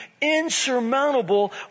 insurmountable